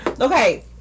Okay